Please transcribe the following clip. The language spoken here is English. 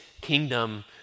kingdom